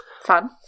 fun